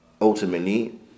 ultimately